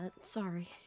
Sorry